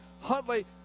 Huntley